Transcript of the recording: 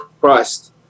Christ